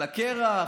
על הקרח.